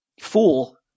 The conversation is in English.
fool –